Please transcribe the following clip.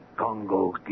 Congo